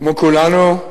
כמו כולנו,